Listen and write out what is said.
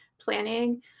planning